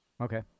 Okay